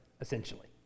essentially